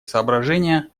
соображения